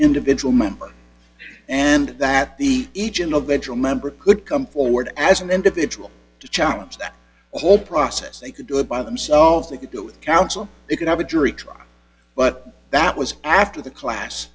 individual member and that the each individual member could come forward as an individual to challenge that whole process they could do it by themselves they could do it counsel they could have a jury trial but that was after the class